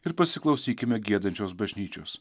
ir pasiklausykime giedančios bažnyčios